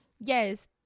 yes